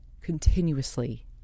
Continuously